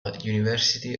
university